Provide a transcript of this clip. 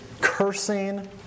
cursing